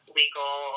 legal